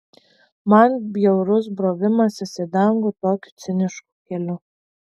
man bjaurus brovimasis į dangų tokiu cinišku keliu